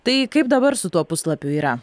tai kaip dabar su tuo puslapiu yra